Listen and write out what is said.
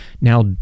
Now